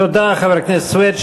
תודה, חבר הכנסת סוייד.